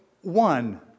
one